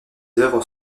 œuvres